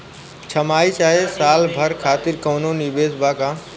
छमाही चाहे साल भर खातिर कौनों निवेश बा का?